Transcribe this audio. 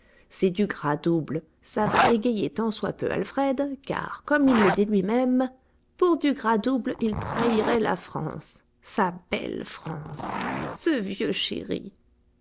c'est du gras double ça va égayer tant soit peu alfred car comme il le dit lui-même pour du gras double il trahirait la france sa belle france ce vieux chéri